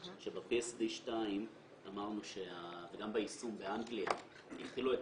שב-PSD2 וגם ביישום באנגליה יחילו את